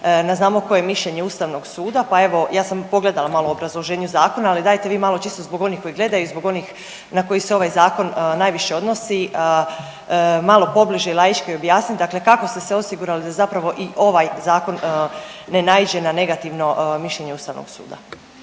na znamo koje mišljenje Ustavnog suda, pa evo ja sam pogledala malo u obrazloženju zakona, ali dajte vi malo čisto zbog onih koji gledaju i zbog onih na koji se ovaj zakon najviše odnosi, malo pobliže i laički objasnit dakle kako ste se osigurali da zapravo i ovaj zakon ne naiđe na negativno mišljenje Ustavnog suda.